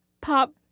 Pop